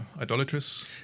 idolatrous